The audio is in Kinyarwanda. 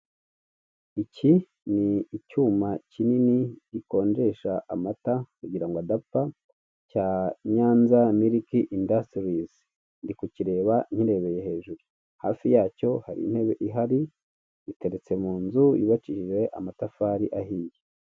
Iki ni icyuma kinini gikonjesha amata kugirango adapfa cya Nyanza miliki indasitirizi, ndi kukireba nkirebeye hejuru. Hafi yacyo hari intebe ihari, iteretse mu nzu yubakishije amatafari ahiye.